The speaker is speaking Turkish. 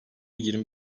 yirmi